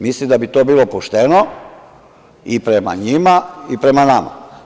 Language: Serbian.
Mislim da bi to bilo pošteno i prema njima i prema nama.